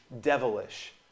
devilish